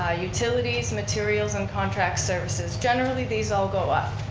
ah utilities, materials and contract services. generally, these all go up.